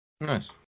Nice